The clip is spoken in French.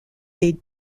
des